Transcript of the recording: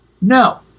no